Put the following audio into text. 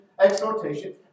exhortation